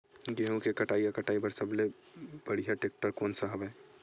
गेहूं के कटाई या कटाई बर सब्बो ले बढ़िया टेक्टर कोन सा हवय?